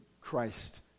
Christ